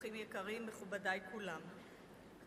ברוכים יקרים ומכובדי כולם.